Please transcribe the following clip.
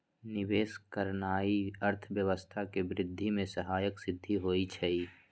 निवेश करनाइ अर्थव्यवस्था के वृद्धि में सहायक सिद्ध होइ छइ